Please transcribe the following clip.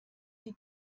sie